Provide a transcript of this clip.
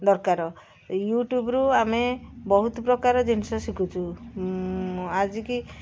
ଦରକାର ୟୁଟ୍ୟୁବରୁ ଆମେ ବହୁତ ପ୍ରକାର ଜିନିଷ ଶିଖୁଛୁ ଆଜିକି